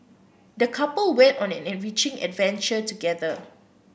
the couple went on an enriching adventure together